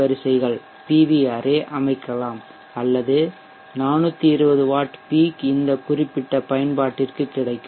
வரிசைகள் அமைக்கலாம் அல்லது 420 வாட் பீக் இந்த குறிப்பிட்ட பயன்பாட்டிற்கு கிடைக்கும்